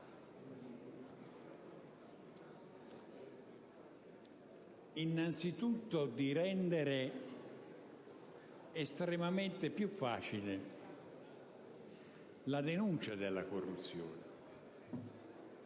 innanzitutto quella di rendere estremamente più facile la denuncia della corruzione,